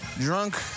drunk